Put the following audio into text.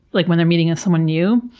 like when they're meeting with someone new.